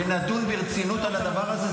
ונדון ברצינות על הדבר הזה,